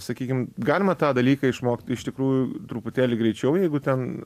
sakykim galima tą dalyką išmokt iš tikrųjų truputėlį greičiau jeigu ten